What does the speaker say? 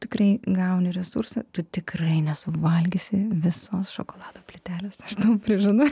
tikrai gauni resursą tu tikrai nesuvalgysi visos šokolado plytelės aš tau prižadu